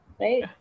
right